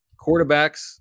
quarterbacks